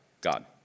God